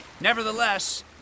Nevertheless